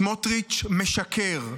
סמוטריץ' משקר.